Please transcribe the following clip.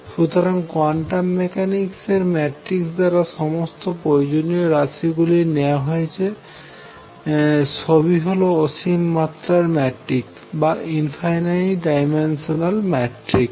সুতরাং quantum mechanics এর matrix দ্বারা যে সমস্ত প্রয়োজনীয় রাশিগুলি নেওয়া হয়েছে সবই হল অসীম মাত্রার ম্যাট্রিক্স